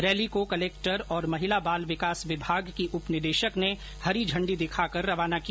rally को collector और महिला बाल विकास विभाग की उप निदेशक ने हरी झंडी दिखाकर रवाना किया